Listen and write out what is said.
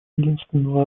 единственного